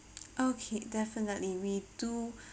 okay definitely we do